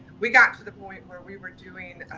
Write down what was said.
we got to the point where we were doing,